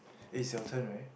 is your turn right